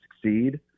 succeed